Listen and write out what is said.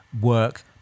work